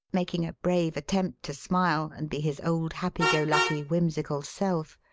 making a brave attempt to smile and be his old happy-go-lucky, whimsical self,